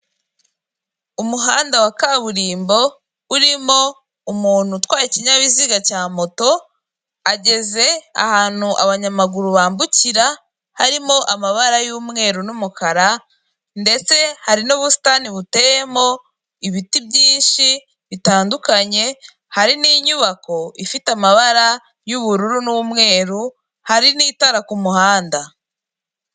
Umuhanda wa kaburimbo urimo umuntu utwaye ikinyabiziga cya moto, ageze ahantu abanyamaguru bambukira, harimo amabara y'umweru n'umukara, ndetse hari n'ubusitani buteyemo ibiti byinshi bitandukanye, hari n'inyubako ifite amabara y'ubururu n'umweru, hari n'itara ku muhanda.